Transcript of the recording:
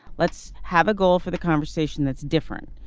let's have a goal for the conversation that's different.